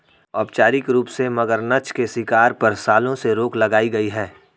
औपचारिक रूप से, मगरनछ के शिकार पर, सालों से रोक लगाई गई है